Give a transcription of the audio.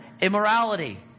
immorality